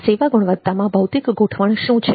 સેવા ગુણવત્તામાં ભૌતિક ગોઠવણ શું છે